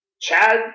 Chad